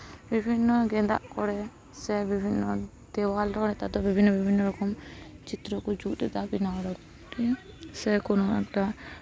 ᱵᱤᱵᱷᱤᱱᱱᱚ ᱜᱮᱫᱟᱜ ᱠᱚᱨᱮᱜ ᱥᱮ ᱵᱤᱵᱷᱤᱱᱱᱚ ᱫᱮᱣᱟᱞ ᱫᱮᱣᱟᱞ ᱵᱤᱵᱷᱤᱱᱱᱚ ᱵᱤᱵᱷᱤᱱᱱᱚ ᱨᱚᱠᱚᱢ ᱪᱤᱛᱛᱨᱚ ᱠᱚ ᱡᱩᱛ ᱮᱫᱟ ᱥᱮ ᱠᱳᱱᱳ ᱮᱠᱴᱟ